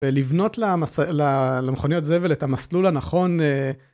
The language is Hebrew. לבנות למכוניות זבל את המסלול הנכון.